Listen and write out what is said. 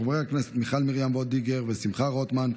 של חברי הכנסת מיכל מרים וולדיגר ושמחה רוטמן,